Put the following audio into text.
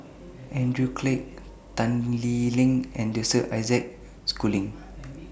Andrew Clarke Tan Lee Leng and Joseph Isaac Schooling